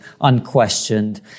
unquestioned